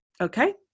okay